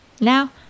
Now